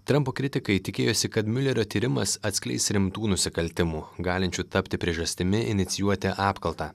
trampo kritikai tikėjosi kad miulerio tyrimas atskleis rimtų nusikaltimų galinčių tapti priežastimi inicijuoti apkaltą